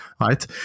Right